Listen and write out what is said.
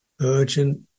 urgent